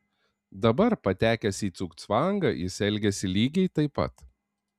dabar patekęs į cugcvangą jis elgiasi lygiai taip pat